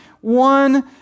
one